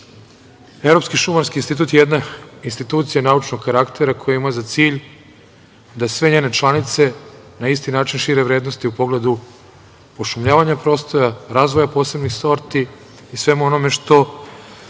šumarski institut je jedna institucija naučnog karaktere koji je imao za cilj da sve njene članice na isti način šire vrednosti u pogledu pošumljavanja prostora, razvoja posebnih sorti i svemu onome što